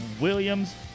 Williams